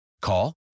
Call